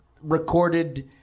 recorded